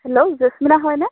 hello Jesmina হয়নে